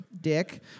dick